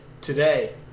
today